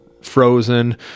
frozen